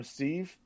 Steve